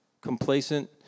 complacent